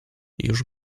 już